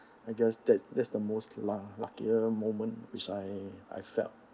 I guess that's that's the most luc~ luckier moment which I I felt